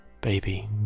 Baby